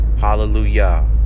hallelujah